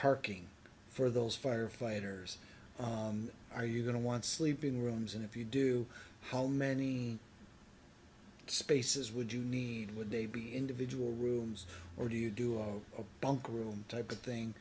parking for those firefighters are you going to want sleeping rooms and if you do how many spaces would you need would they be individual rooms or do you do all of bunk room type of thing